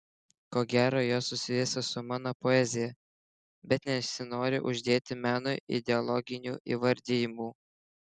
ko gero jos susijusios su mano poezija bet nesinori uždėti menui ideologinių įvardijimų